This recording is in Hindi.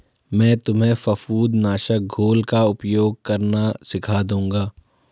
मैं तुम्हें फफूंद नाशक घोल का उपयोग करना सिखा दूंगा